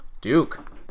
Duke